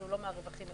לא מהרווחים,